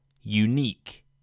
Unique